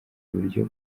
uburyo